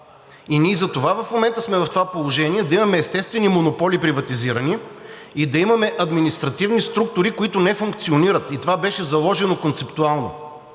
и ние затова в момента сме в това положение да имаме естествени монополи приватизирани и да имаме административни структури, които не функционират. Това беше заложено концептуално.